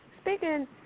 speaking